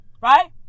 right